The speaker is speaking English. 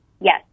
Yes